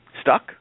stuck